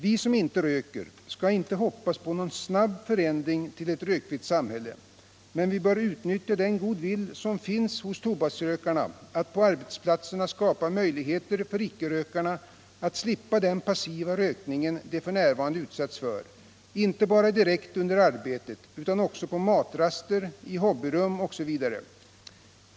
Vi som inte röker skall inte hoppas på någon snabb förändring till ett rökfritt samhälle, men vi bör utnyttja den goda vilja som finns hos tobaksrökarna att på arbetsplatserna skapa möjligheter för icke-rökarna att slippa den passiva rökning de f.n. utsätts för, inte bara direkt under arbetet utan också på matraster, i hobbyrum osv.